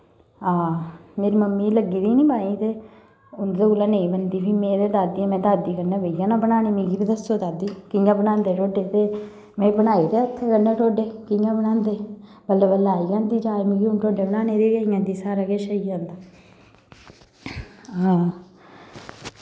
हां मेरी मम्मी गी लग्गी दी नी बाहीं ते उं'दे कोला नेईं बनदी फ्ही मेरी दादी में दादी कन्नै बेही जाना बनाने गी मिगी बी दस्सो दादी कि'यां बनांदे ढोडे ते में बनाई ले हत्थै कन्नै ढोडे कि'यां बनांदे बल्लै बल्लै आई जंदी जाच मिगी हून ढोडे बनाने दी बी आई जंदी सारा किश आई जंदा हां